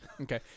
Okay